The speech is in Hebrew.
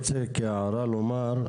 אני רוצה כהערה לומר,